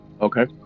Okay